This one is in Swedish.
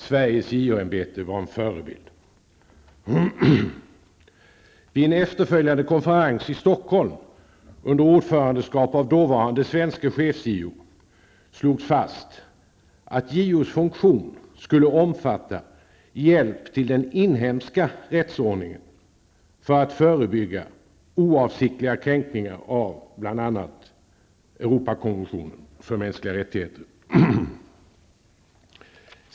Sveriges JO-ämbete var en förebild. slogs fast att JOs funktion skulle omfatta hjälp till den inhemska rättsordningen för att förebygga oavsiktliga kränkningar av bl.a.